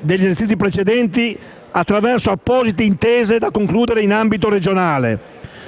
degli esercizi precedenti, attraverso apposite intese da concludere in ambito regionale.